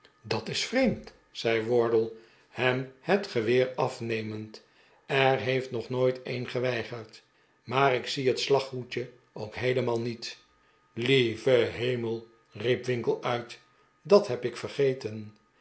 dat is vreemd zei wardle hem het geweer afnemend er heeft nog nooit een geweigerd maar ik zie het slaghoedje ook heelemaal niet lieve hemel riep winkle uit dat heb ik vergeten